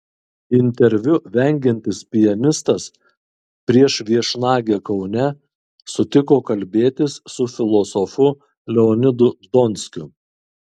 interviu vengiantis pianistas prieš viešnagę kaune sutiko kalbėtis su filosofu leonidu donskiu